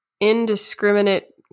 indiscriminate